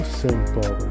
simple